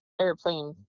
airplane